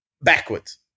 backwards